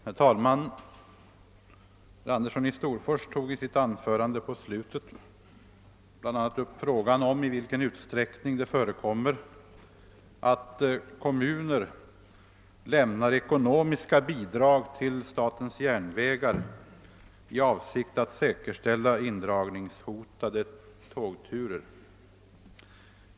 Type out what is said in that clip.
Herr talman! Herr Andersson i Storfors tog i slutet av sitt anförande bl.a. upp frågan om i vilken utsträckning det förekommer att kommuner lämnar ekonomiska bidrag till statens järnvägar i avsikt att säkerställa indragningshotade tågturer.